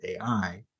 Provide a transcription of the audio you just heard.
AI